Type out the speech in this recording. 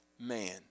man